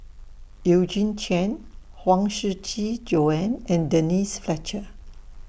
Eugene Chen Huang Shiqi Joan and Denise Fletcher